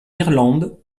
irlande